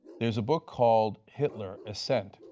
there is a book called hitler, ascent,